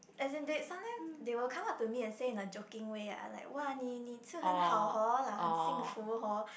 as in they sometime they will come up to me and said in a joking way ah like !wah! 你你吃很好 hor 很幸福 hor